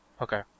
Okay